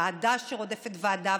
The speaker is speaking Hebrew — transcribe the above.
ועדה שרודפת ועדה,